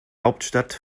hauptstadt